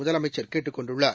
முதலமைச்சர் கேட்டுக் கொண்டுள்ளார்